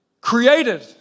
created